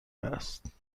است